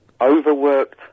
Overworked